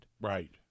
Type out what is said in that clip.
Right